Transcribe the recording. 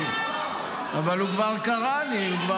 הוא כבר קרא לי.